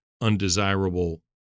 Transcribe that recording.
undesirable